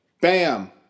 Bam